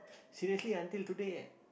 seriously until today